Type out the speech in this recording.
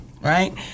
right